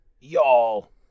Y'all